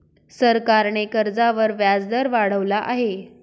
सरकारने कर्जावर व्याजदर वाढवला आहे